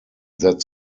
that